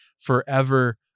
forever